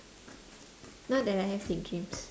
not that I have big dreams